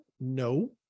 No